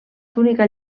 túnica